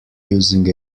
using